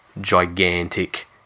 gigantic